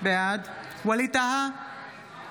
בעד ווליד טאהא,